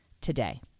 today